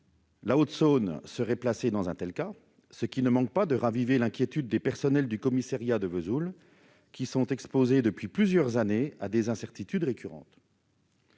La Haute-Saône serait placée dans un tel cas, ce qui ne manque pas de raviver l'inquiétude des personnels du commissariat de Vesoul, qui sont exposés depuis plusieurs années à des incertitudes récurrentes.